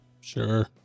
Sure